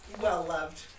well-loved